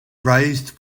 raised